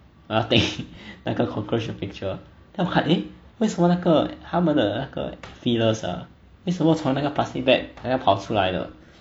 ah 对那个 cockroach 的 picture then 我看 eh 为什么那个他们的那个 feelers ah 为什么从那个 plastic bag 好像跑出来的